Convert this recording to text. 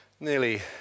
Nearly